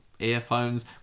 earphones